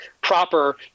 proper